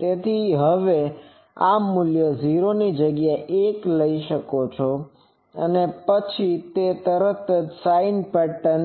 તેથી હવે તમે આ મૂલ્ય 0 ની જગ્યાએ 1 લઈ શકો છો અને પછી તે જશે તમે sin પેટર્ન